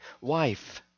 wife